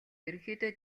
ерөнхийдөө